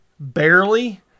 Barely